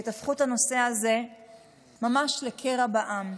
הפכו את הנושא הזה ממש לקרע בעם.